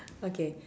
okay